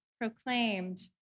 proclaimed